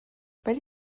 ولی